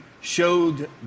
showed